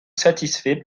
satisfait